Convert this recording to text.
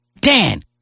Dan